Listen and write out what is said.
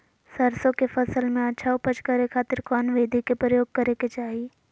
सरसों के फसल में अच्छा उपज करे खातिर कौन विधि के प्रयोग करे के चाही?